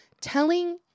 telling